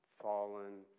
fallen